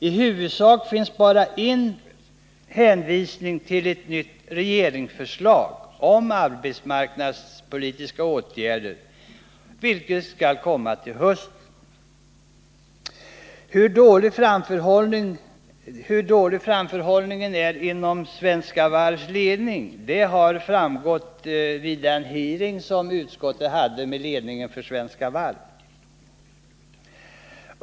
I huvudsak finns bara en hänvisning till ett nytt regeringsförslag om arbetsmarknadspolitiska åtgärder som skall komma till hösten. Hur dålig framförhållningen är inom Svenska Varvs ledning har också framkommit vid den hearing utskottet hade med just denna ledning.